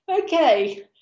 okay